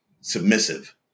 submissive